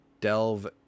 delve